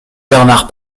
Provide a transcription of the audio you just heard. bernhard